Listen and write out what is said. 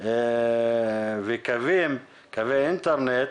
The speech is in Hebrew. וקווי אינטרנט,